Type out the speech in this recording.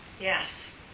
Yes